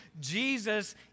Jesus